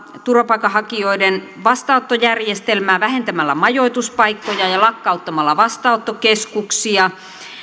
turvapaikanhakijoiden vastaanottojärjestelmää vähentämällä majoituspaikkoja ja lakkauttamalla vastaanottokeskuksia